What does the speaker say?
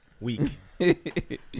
week